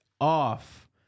off